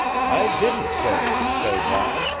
i didn't say says i,